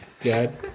Dad